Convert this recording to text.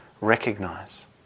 recognize